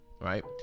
right